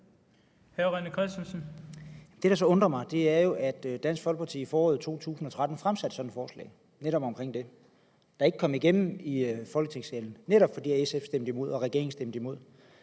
René Christensen (DF): Det, der så undrer mig, er jo, at Dansk Folkeparti i foråret 2013 fremsatte sådan et forslag, netop om det, men det kom ikke igennem i Folketingssalen, netop fordi SF stemte imod og regeringen stemte imod.